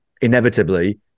inevitably